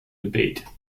debate